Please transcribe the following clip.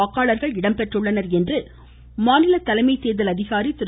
வாக்காளர்கள் இடம்பெற்றுள்ளனர் என்று மாநில தலைமை தேர்தல் அதிகாரி திரு